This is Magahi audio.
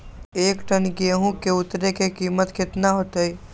एक टन गेंहू के उतरे के कीमत कितना होतई?